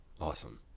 Awesome